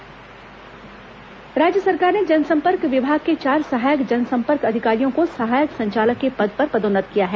पदोन्नति राज्य सरकार ने जनसम्पर्क विभाग के चार सहायक जनसम्पर्क अधिकारियों को सहायक संचालक के पद पर पदोन्नत किया है